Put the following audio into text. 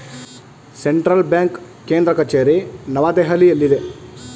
central bank ಕೇಂದ್ರ ಕಚೇರಿ ನವದೆಹಲಿಯಲ್ಲಿದೆ